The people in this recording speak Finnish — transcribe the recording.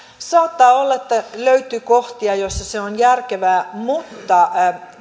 saattaa olla että löytyy kohtia joissa se on järkevää mutta